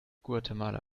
guatemala